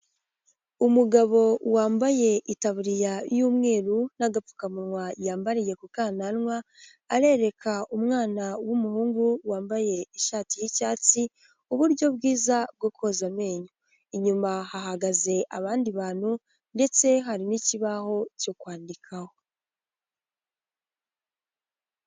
Umugabo wambaye itaburiya y'umweru n'agapfukamunwa yambariye ku kananwa arereka umwana w'umuhungu wambaye ishati y'icyatsi uburyo bwiza bwo koza amenyo inyuma hahagaze abandi bantu ndetse hari n'ikibaho cyo kwandikaho.